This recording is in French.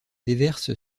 déverse